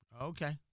Okay